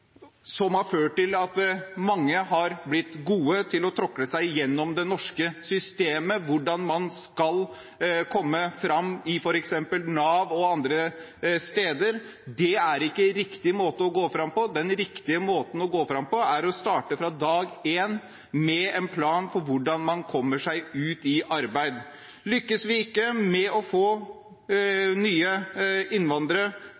som har ført til at mange har blitt gode til å tråkle seg gjennom det norske systemet, hvordan man skal komme fram i f.eks. Nav og andre steder. Det er ikke riktig måte å gå fram på. Den riktige måten å gå fram på er å starte fra dag én med en plan for hvordan man kommer seg ut i arbeid. Lykkes vi ikke med å få nye innvandrere